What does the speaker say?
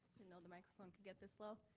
know the microphone could get this low.